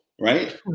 right